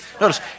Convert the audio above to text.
Notice